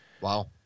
Wow